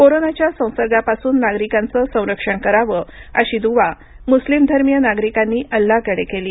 कोरोनाच्या संसर्गापासून नागरिकांचे संरक्षण करावे अशी द्वॉं मुस्लिमधर्मिय नागरिकांनी अल्लाहकडे केली